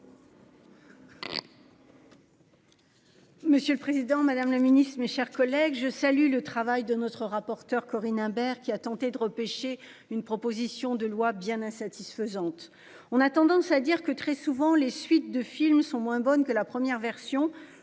Monsieur le Président Madame la Ministre, mes chers collègues, je salue le travail de notre rapporteure Corinne Imbert qui a tenté de repêcher une proposition de loi bien insatisfaisante. On a tendance à dire que très souvent les suites de films sont moins bonnes que la première version